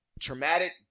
Traumatic